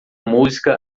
música